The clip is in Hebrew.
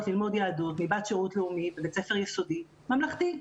ללמוד יהדות מבת שירות לאומי בבית ספר יסודי ממלכתי.